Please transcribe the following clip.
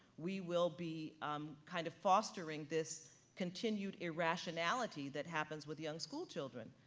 we will be um kind of fostering this continued irrationality that happens with young school children.